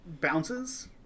bounces